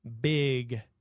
big